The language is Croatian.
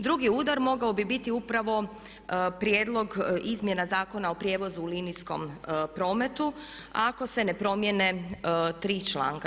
Drugi udar mogao bi biti upravo prijedlog izmjena Zakona o prijevoza u linijskom prometu ako se ne promijene tri članka.